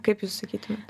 kaip jūs sakytumėt